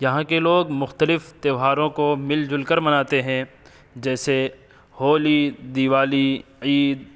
یہاں کے لوگ مختلف تہواروں کو مل جل کر مناتے ہیں جیسے ہولی دیوالی عید